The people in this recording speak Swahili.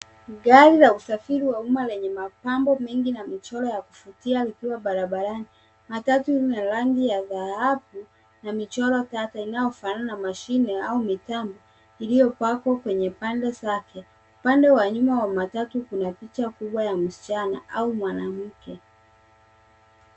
Gari la usafiri wa umma lenye mapambo mengi na michoro ya kuvutia likiwa barabarani. Matatu hili lina rangi ya dhahabu na michoro kadha inayofanana na mashine au mitambo iliyopakwa kwenye pande zake. Upande wa nyuma wa matatu kuna picha kubwa ya msichana au mwanamke.